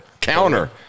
Counter